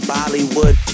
Bollywood